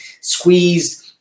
squeezed